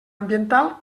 ambiental